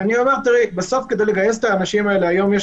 כדי לגייס את האנשים האלה היום יש